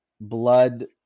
blood